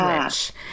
switch